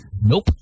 Nope